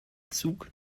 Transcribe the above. zug